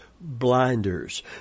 blinders